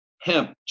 hemp